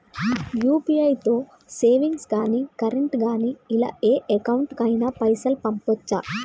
UPI తో savings గాని current గాని ఇలా ఏ అకౌంట్ కైనా పైసల్ పంపొచ్చా?